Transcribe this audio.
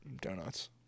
donuts